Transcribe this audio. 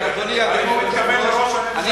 האם הוא מתכוון לראש הממשלה?